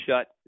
shut